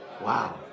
wow